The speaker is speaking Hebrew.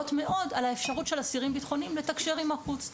מאוד על האפשרות של אסירים בטחוניים לתקשר עם החוץ.